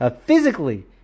physically